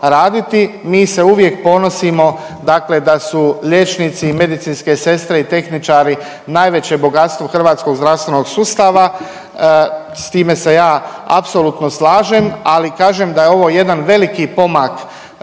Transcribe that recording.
Mi se uvijek ponosimo dakle da su liječnici, medicinske sestre i tehničari, najveće bogatstvo hrvatskog zdravstvenog sustava s time sa je apsolutno slažem ali kažem da je ovo jedan veliki pomak koji su